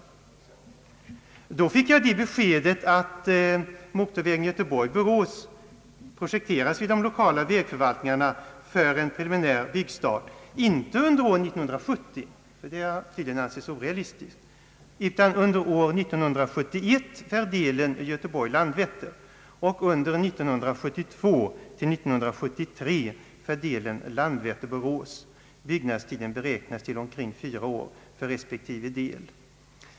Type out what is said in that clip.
Jag fick då det beskedet att motorvägen Göteborg—Borås projekteras vid de lokala vägförvaltningarna för en preliminär byggstart inte år 1970 — det har tydligen ansetts orealistiskt — utan under år 1971 för delen Göteborg—Landvetter och under 1972—1973 för delen Landvetter—Borås. Byggnadstiden beräknas till omkring fyra år för respektive delar.